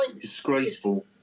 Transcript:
disgraceful